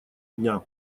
дня